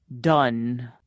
done